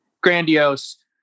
grandiose